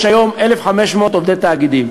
יש היום 1,500 עובדי תאגידים.